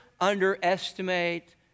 underestimate